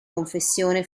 confessione